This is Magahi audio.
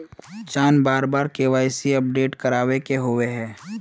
चाँह बार बार के.वाई.सी अपडेट करावे के होबे है?